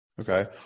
Okay